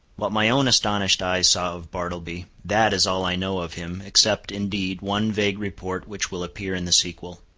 what my own astonished eyes saw of bartleby, that is all i know of him, except, indeed, one vague report which will appear in the sequel.